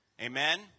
amen